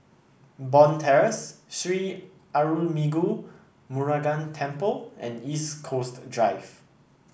Bond Terrace Sri Arulmigu Murugan Temple and East Coast Drive